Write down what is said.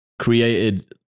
created